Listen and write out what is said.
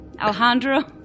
Alejandro